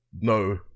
no